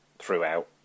throughout